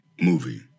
movie